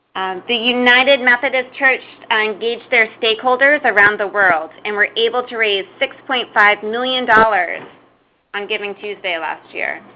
the united methodist church engaged their stakeholders around the world and were able to raise six point five million dollars on givingtuesday last year.